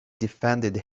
defended